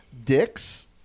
dicks